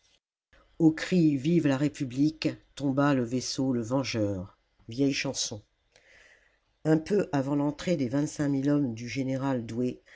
au cri vive la république tomba le vaisseau le vengeur vieille chanson un peu avant l'entrée des hommes du général douay